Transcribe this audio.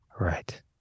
Right